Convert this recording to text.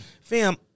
Fam